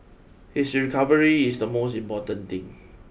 his recovery is the most important thing